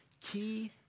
key